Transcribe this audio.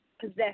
possess